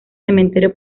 cementerio